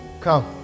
Come